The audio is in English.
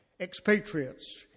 expatriates